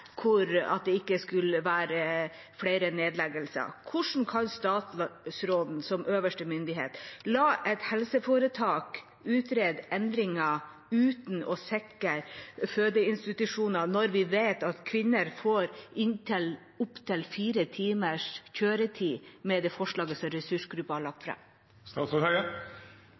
Hvordan kan statsråden, som øverste myndighet, la et helseforetak utrede endringer uten å sikre fødeinstitusjoner, når vi vet at kvinner får opptil fire timers kjøretid med det forslaget som ressursgruppa har lagt